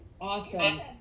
awesome